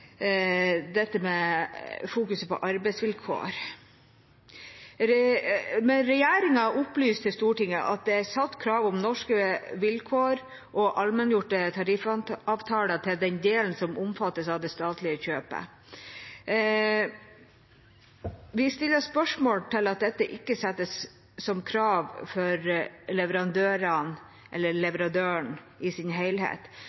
opplyser til Stortinget at det er satt krav om norske vilkår og allmenngjorte tariffavtaler i den delen som omfattes av det statlige kjøpet. Vi stiller spørsmål ved at dette ikke settes som krav for